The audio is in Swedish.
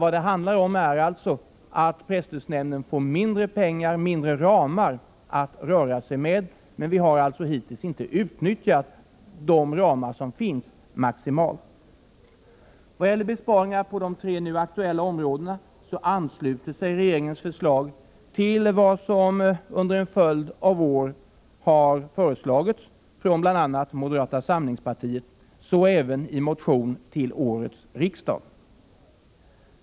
Vad det handlar om är alltså att presstödsnämnden får mindre ramar att röra sig med, men vi har hittills inte utnyttjat de ramar som finns maximalt. I vad gäller besparingar på de tre nu aktuella områdena ansluter sig regeringens förslag till vad som under en följd av år har föreslagits av bl.a. moderata samlingspartiet, så även i motion till årets riksmöte.